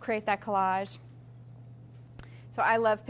create that collage so i love